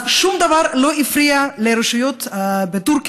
אז שום דבר לא הפריע לרשויות בטורקיה,